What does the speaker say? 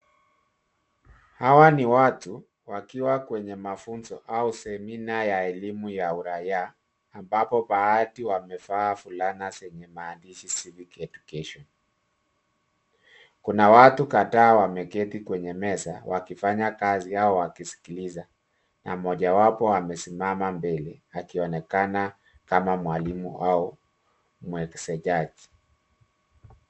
Hawa ni watu wakiwa kwenye mafunzo au semina ya elimu ya uraia ambapo baadhi wamevaa fulana zenye maandishi civic education . Kuna watu kadhaa wameketi kwenye meza wakifanya kazi au wakiskiliza na mojawapo amesimama mbele akionekana kama mwalimu au mwekezaji.